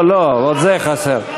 רק זה חסר.